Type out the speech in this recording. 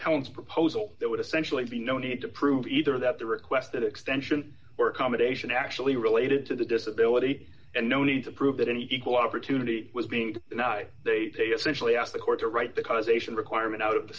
palin's proposal that would essentially be no need to prove either that the requested extension or accommodation actually related to the disability and no need to prove that an equal opportunity was being denied they eventually asked the court to write the causation requirement out of the